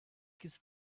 kiss